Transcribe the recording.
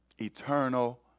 eternal